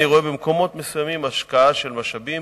אני רואה במקומות מסוימים השקעה של משאבים